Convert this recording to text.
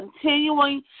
continuing